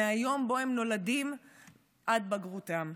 מהיום שבו הם נולדים עד בגרותם.